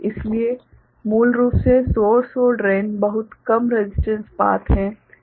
इसलिए मूल रूप से सोर्स और ड्रेन बहुत कम रसिस्टेंस पाथ है